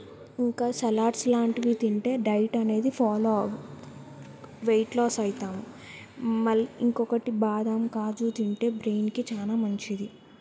ఇంకా సలాడ్స్ లాంటివి తింటే డైట్ అనేది ఫాలో అయితే వెయిట్ లాస్ అవుతాము మళ్ళీ ఇంకొకటి బాదం కాజు తింటే బ్రెయిన్కి చాలా మంచిది